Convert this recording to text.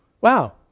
Wow